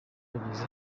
bageze